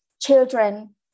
children